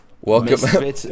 Welcome